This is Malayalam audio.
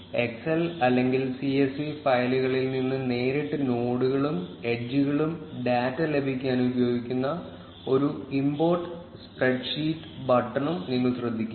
എക്സൽ അല്ലെങ്കിൽ സിഎസ്വി ഫയലുകളിൽ നിന്ന് നേരിട്ട് നോഡുകളും എഡ്ജുകളും ഡാറ്റ ലഭിക്കാൻ ഉപയോഗിക്കുന്ന ഒരു ഇമ്പോർട്ട് സ്പ്രെഡ്ഷീറ്റ് ബട്ടണും നിങ്ങൾ ശ്രദ്ധിക്കുക